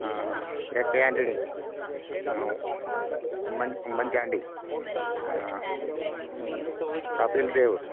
A K Antony Oommen Oommen Chandy Kapil Dev